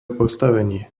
postavenie